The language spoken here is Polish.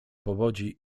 powodzi